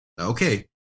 Okay